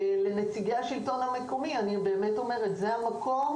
אני אומרת לנציגי השלטון המקומי: זהו המקום